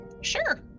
Sure